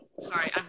Sorry